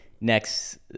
next